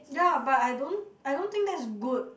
ya but I don't I don't think that is good